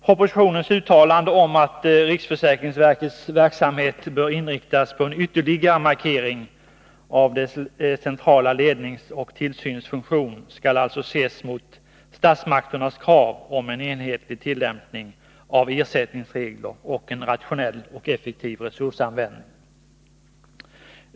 Propositionens uttalanden om att riksförsäkringsverkets verksamhet bör inriktas på en ytterligare markering av dess centrala ledningsoch tillsynsfunktion skall alltså ses mot statsmakternas krav om en enhetlig tillämpning av ersättningsregler och en rationell och effektiv resursanvändning.